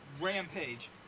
Rampage